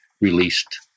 released